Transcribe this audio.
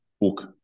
book